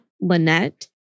Lynette